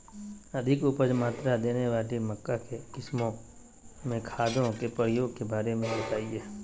अधिक उपज मात्रा देने वाली मक्का की किस्मों में खादों के प्रयोग के बारे में बताएं?